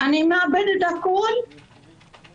אני מאבדת את כל מה